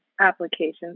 applications